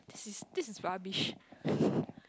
this this is rubbish